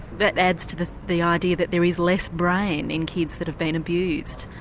that adds to the the idea that there is less brain in kids that have been abused.